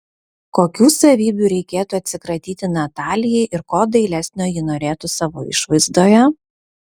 kokių savybių reikėtų atsikratyti natalijai ir ko dailesnio ji norėtų savo išvaizdoje